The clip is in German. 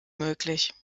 möglich